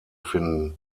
finden